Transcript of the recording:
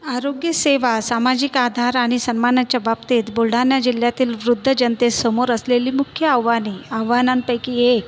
आरोग्यसेवा सामाजिक आधार आणि सन्मानाच्या बाबतीत बुलढाणा जिल्ह्यातील वृध्द जनतेसमोर असलेली मुख्य आव्हाने आव्हानांपैकी एक